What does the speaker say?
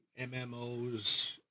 MMOs